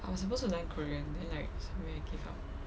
I was supposed to learn korean then like so early give up